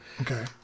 Okay